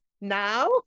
now